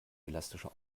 elastische